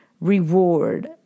reward